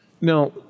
Now